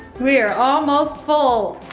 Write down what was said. we are almost full.